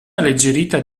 alleggerita